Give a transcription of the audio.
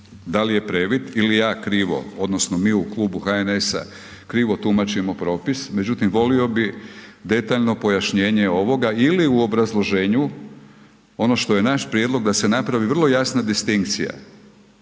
dal' je previd ili ja krivo odnosno mi u klubu HNS-a krivo tumačim propis međutim volio bi detaljno pojašnjenje ovoga ili u obrazloženju, ono što je naš prijedlog da se napravi vrlo jasna distinkcija